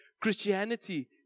Christianity